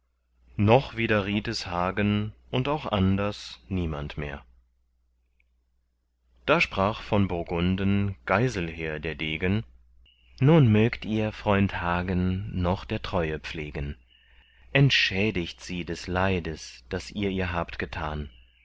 noch widerriet es hagen und auch anders niemand mehr da sprach von burgunden geiselher der degen nun mögt ihr freund hagen noch der treue pflegen entschädigt sie des leides das ihr ihr habt getan